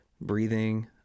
breathing